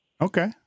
Okay